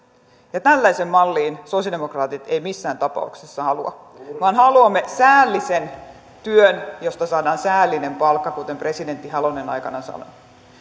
tällaiseen malliin sosiaalidemokraatit eivät missään tapauksessa halua vaan haluamme säällisen työn josta saadaan säällinen palkka kuten presidentti halonen aikanaan sanoi